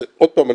אז עוד פעם,